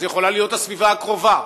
זו יכולה להיות הסביבה הקרובה,